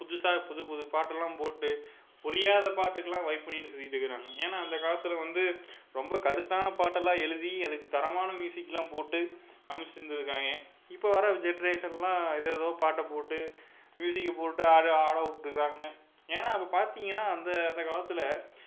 புதுசா புது புதுப்பாட்டெல்லாம் போட்டு புரியாத பாட்டுக்கெல்லாம் வைப் பண்ணிகிட்டு சுற்றிக்கிட்டு இருக்கிறானுங்க ஏனால் அந்த காலத்தில் வந்து ரொம்ப கருத்தான பாட்டெல்லாம் எழுதி அதுக்கு தரமான மியூசிகெலாம் போட்டு அமைச்சிருந்துருக்காங்க இப்போ வர இப்போ வர ஜென்ரேஷன்லாம் ஏதோதோ பாட்டை போட்டு மியூசிக்கை போட்டு ஆட ஆட விட்டுக்குறாங்க ஏனால் அப்போ பார்த்திங்கனா அந்த அந்த காலத்தில்